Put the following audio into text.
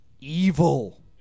evil